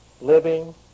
living